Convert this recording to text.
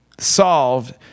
Solved